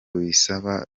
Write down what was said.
ubisaba